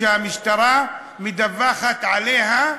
שהמשטרה מדווחת עליה,